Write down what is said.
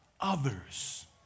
others